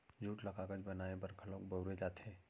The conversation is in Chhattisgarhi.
जूट ल कागज बनाए बर घलौक बउरे जाथे